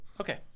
Okay